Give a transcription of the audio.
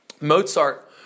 Mozart